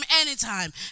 anytime